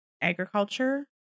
Agriculture